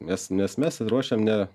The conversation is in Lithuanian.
nes nes mes ruošiam ne